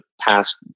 past